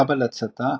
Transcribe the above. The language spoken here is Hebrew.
כבל ההצתה,